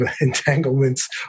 entanglements